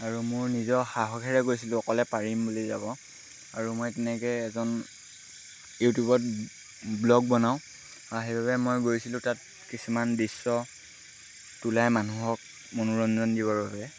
আৰু মোৰ নিজৰ সাহসেৰে গৈছিলোঁ অকলে পাৰিম বুলি যাব আৰু মই তেনেকৈ এজন ইউটিউবত ব্লগ বনাওঁ আৰু সেইবাবে মই গৈছিলোঁ তাত কিছুমান দৃশ্য তোলাই মানুহক মনোৰঞ্জন দিবৰ বাবে